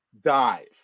dive